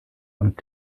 und